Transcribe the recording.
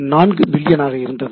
4 மில்லியனாக இருந்தது